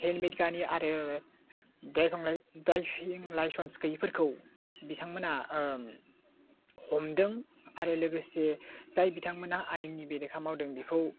helmet गानि आरो driving licence गैयैफोरखौ बिथांमोनहा हमदों आरो लोगोसे जाय बिथांमोनहा आयेननि बेरेखा मावदों बेखौ